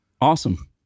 Awesome